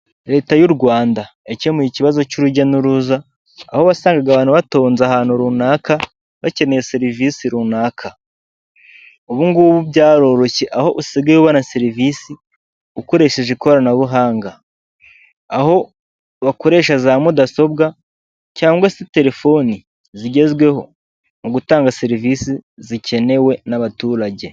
Leta y'u rwanda yakemuye ikibazo cy'urujya n'uruza, aho wasangaga abantu batonze ahantu runaka bakeneye serivisi runaka; ubugubu byaroroshye aho usigaye ubona serivisi ukoresheje ikoranabuhanga, aho bakoresha za mudasobwa cyangwa se telefoni zigezweho mu gutanga serivisi zikenewe n'abaturage.